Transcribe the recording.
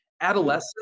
Adolescence